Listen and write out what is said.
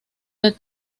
del